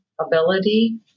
ability